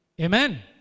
Amen